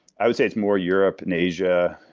i would say it's more europe and asia,